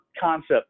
concept